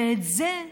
ואת זה,